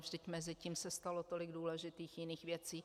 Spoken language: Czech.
Vždyť mezitím se stalo tolik důležitých jiných věcí.